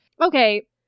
Okay